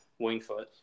Wingfoot